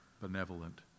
benevolent